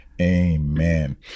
Amen